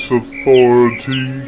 authority